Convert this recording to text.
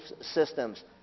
systems